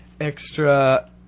extra